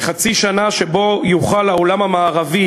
כחצי שנה שבה יוכל העולם המערבי,